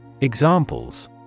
Examples